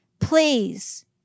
please